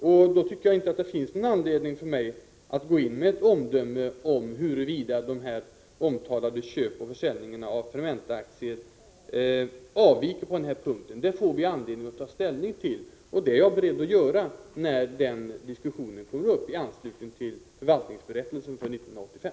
Jag tycker därför inte att det finns någon anledning för mig att fälla ett omdöme om huruvida dessa omtalade köp och försäljningar av Fermentaaktier avviker på denna punkt. Vi får anledning att ta ställning till det — och det är jag beredd att göra — när den diskussionen kommer upp i anslutning till förvaltningsberättelsen för 1985.